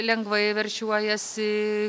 lengvai veršiuojasi